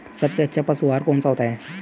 सबसे अच्छा पशु आहार कौन सा होता है?